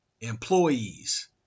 employees